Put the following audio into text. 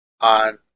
on